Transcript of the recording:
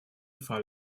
fall